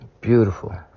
Beautiful